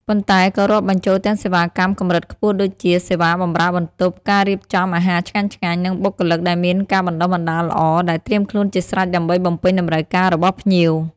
ប៉ុន្តែក៏រាប់បញ្ចូលទាំងសេវាកម្មកម្រិតខ្ពស់ដូចជា សេវាបម្រើបន្ទប់ ការរៀបចំអាហារឆ្ងាញ់ៗ និងបុគ្គលិកដែលមានការបណ្តុះបណ្តាលល្អ ដែលត្រៀមខ្លួនជាស្រេចដើម្បីបំពេញតម្រូវការរបស់ភ្ញៀវ។